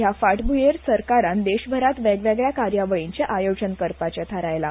हया फाटभ्येर सरकारान देशभरांत वेगवेगळ्या कार्यावळींचे आयोजन करपाचे थारयला